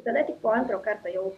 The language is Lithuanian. tada tik po antro karto jau